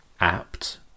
apt